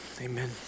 Amen